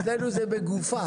אצלנו זה בגופה.